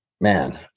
man